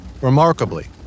Remarkably